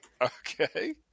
okay